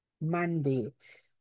mandate